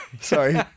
Sorry